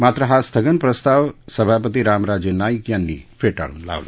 मात्र हा स्थगन प्रस्ताव सभापती रामराजे नाईक यांनी फेटाळून लावला